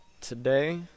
Today